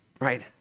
right